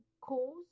cause